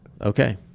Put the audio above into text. Okay